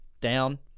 down